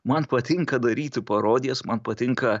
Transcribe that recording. man patinka daryti parodijas man patinka